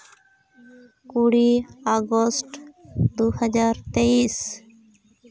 ᱠᱩᱲᱤ ᱟᱜᱚᱥᱴ ᱫᱩ ᱦᱟᱡᱟᱨ ᱛᱮᱭᱤᱥ